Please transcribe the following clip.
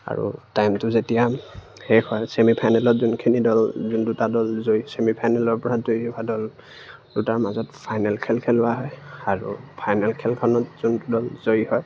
আৰু টাইমটো যেতিয়া শেষ হয় ছেমিফাইনেলত যোনখিনি দল যোন দুটা দল জয়ী ছেমিফাইনেলৰ পৰা দল দুটাৰ মাজত ফাইনেল খেল খেলোৱা হয় আৰু ফাইনেল খেলখনত যোনটো দল জয়ী হয়